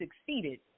succeeded